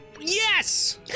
Yes